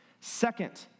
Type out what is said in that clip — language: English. Second